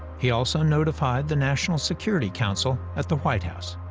he also notified the national security council at the white house.